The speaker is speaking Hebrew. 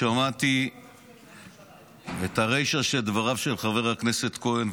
שמעתי את הרישא של דברי חבר הכנסת כהן,